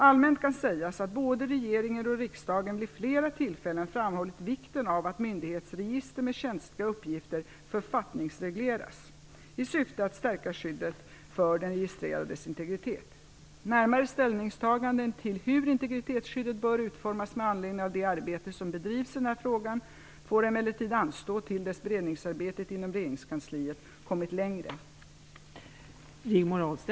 Allmänt kan sägas att både regeringen och riksdagen vid flera tillfällen framhållit vikten av att myndighetsregister med känsliga uppgifter författningsregleras i syfte att stärka skyddet för den registrerades integritet. Närmare ställningstagande till hur integritetsskyddet bör utformas med anledning av det arbete som bedrivs i den här frågan får emellertid anstå till dess att beredningsarbetet inom regeringskansliet kommit längre.